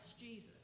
Jesus